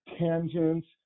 tangents